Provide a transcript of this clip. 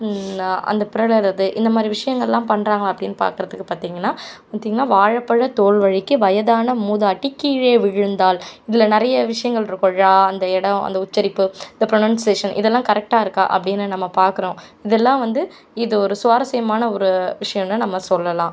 அந்த பிரழுறது இந்தமாதிரி விஷயங்கள்லாம் பண்ணுறாங்களா அப்படின்னு பார்க்கறதுக்கு பார்த்தீங்கன்னா பார்த்தீங்கன்னா வாழைப்பழத் தோல் வழுக்கி வயதான மூதாட்டி கீழே விழுந்தாள் இதில் நிறைய விஷயங்கள் இருக்கும் ழ அந்த இடம் அந்த உச்சரிப்பு இந்த ப்ரொனௌன்சேஷன் இதெல்லாம் கரெக்ட்டாக இருக்கா அப்படின்னு நம்ம பார்க்கிறோம் இதெல்லாம் வந்து இது ஒரு சுவாரஸ்யமான ஒரு விஷயம்னு நம்ம சொல்லலாம்